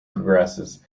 progresses